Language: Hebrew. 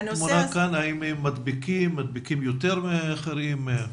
האם מדביקים יותר מאחרים?